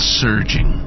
surging